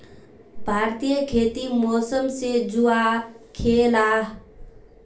भारतीय खेती मौसम से जुआ खेलाह